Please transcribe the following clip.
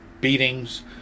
beatings